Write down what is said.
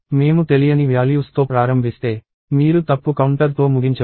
మేము తెలియని విలువలతో ప్రారంభిస్తే మీరు తప్పు కౌంటర్తో ముగించవచ్చు